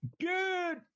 Good